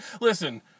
listen